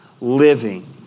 living